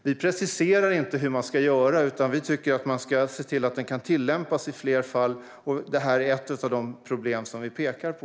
Vi preciserar inte hur man ska göra, utan vi tycker att man ska se till att den möjligheten kan tillämpas i fler fall. Detta är ett av de problem som vi pekar på.